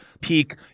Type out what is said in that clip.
peak